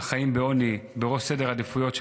החיים בעוני בראש סדר העדיפויות שלנו.